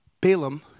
Balaam